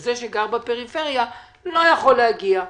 וזה שגר בפריפריה לא יכול להגיע.